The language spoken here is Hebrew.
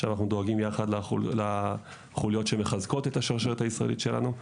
עכשיו אנחנו דואגים יחד לחוליות שמחזקות את השרשרת הישראלית שלנו,